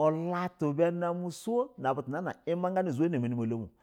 ulatu bɛ namɛ soun nab utu zunɛ nɛ mani malo mu.